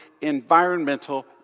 environmental